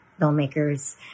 filmmakers